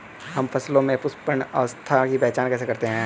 हम फसलों में पुष्पन अवस्था की पहचान कैसे करते हैं?